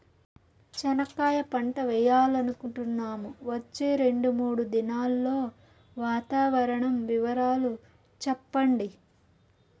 చెనక్కాయ పంట వేయాలనుకుంటున్నాము, వచ్చే రెండు, మూడు దినాల్లో వాతావరణం వివరాలు చెప్పండి?